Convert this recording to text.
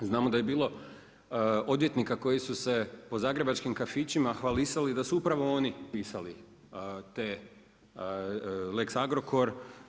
Znamo da je bilo odvjetnika koji su se po zagrebačkim kafićima hvalisali da su upravo oni pisali te, lex Agrokor.